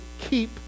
keep